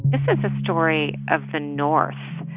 this is a story of the north,